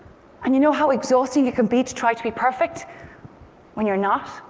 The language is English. and you know how exhausting it can be to try to be perfect when you're not,